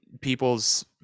people's